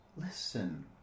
listen